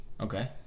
Okay